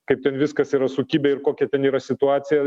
kaip ten viskas yra sukibę ir kokia ten yra situacija